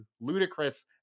ludicrous